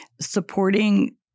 supporting